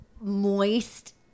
moist